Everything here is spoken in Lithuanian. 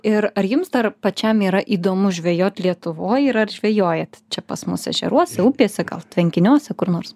ir ar jums dar pačiam yra įdomu žvejot lietuvoje ir ar žvejojat čia pas mus ežeruose upėse gal tvenkiniuose kur nors